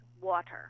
water